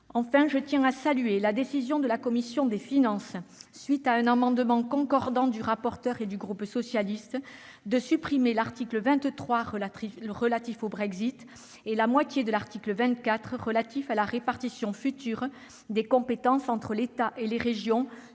Enfin, je tiens à saluer la décision de la commission des finances, qui a adopté les amendements concordants du rapporteur et du groupe socialiste visant à supprimer l'article 23 relatif au Brexit et la moitié de l'article 24 relatif à la répartition future des compétences entre l'État et les régions